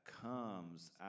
comes